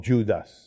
Judas